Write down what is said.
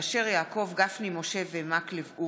יעקב אשר, משה גפני ואורי מקלב,